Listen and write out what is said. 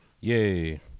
Yay